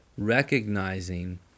recognizing